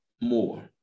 more